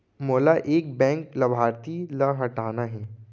मोला एक बैंक लाभार्थी ल हटाना हे?